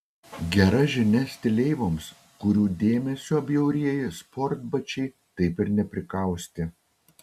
gera žinia stileivoms kurių dėmesio bjaurieji sportbačiai taip ir neprikaustė